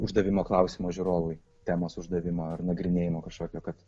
uždavimo klausimo žiūrovui temos uždavimą ar nagrinėjimo kažkokio kad